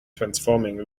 transforming